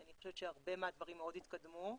אני חושבת שהרבה מהדברים מאוד התקדמו,